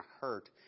hurt